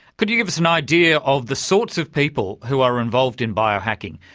could you give us an idea of the sorts of people who are involved in biohacking?